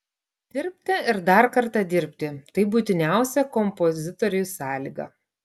dirbti ir dar kartą dirbti tai būtiniausia kompozitoriui sąlyga